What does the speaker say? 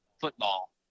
football